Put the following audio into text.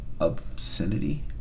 obscenity